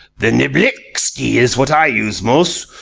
the niblicksky is what i use most.